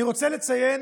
אני רוצה לציין